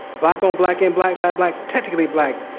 black on black, and black by black, technically black,